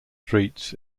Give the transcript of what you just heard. streets